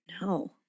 no